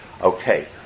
Okay